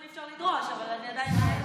פרגון אי-אפשר לדרוש, אבל אני עדיין דורשת.